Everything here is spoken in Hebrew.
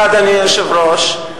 אדוני היושב-ראש,